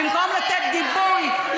הכול חיצוני אצלכם.